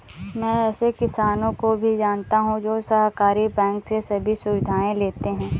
मैं ऐसे किसानो को भी जानता हूँ जो सहकारी बैंक से सभी सुविधाएं लेते है